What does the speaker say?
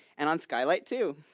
and on skylight too.